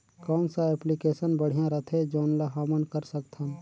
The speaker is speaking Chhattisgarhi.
कौन सा एप्लिकेशन बढ़िया रथे जोन ल हमन कर सकथन?